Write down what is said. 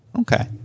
okay